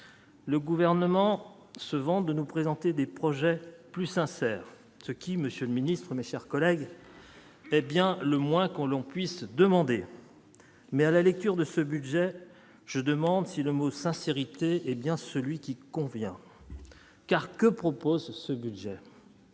Le gouvernement se vantent de nous présenter des projets plus sincère, ce qui, monsieur le Ministre, mes chers collègues, hé bien le moins qu'on l'on puisse demander, mais à la lecture de ce budget, je demande si le mot sincérité hé bien celui qui convient car que propose ce budget.